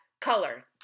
color